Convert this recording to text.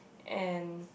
and